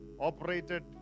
operated